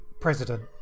president